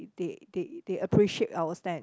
they they they appreciate our thank